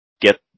get